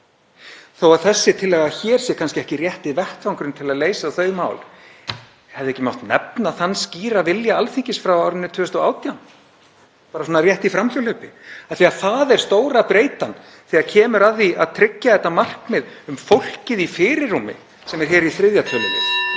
Þó að þessi tillaga hér sé kannski ekki rétti vettvangurinn til að leysa þau mál, hefði ekki mátt nefna þann skýra vilja Alþingis frá árinu 2018, bara svona rétt í framhjáhlaupi? Það er stóra breytan þegar kemur að því að tryggja þetta markmið um fólkið í fyrirrúmi, sem er hér í 3. tölulið